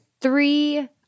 three